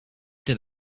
did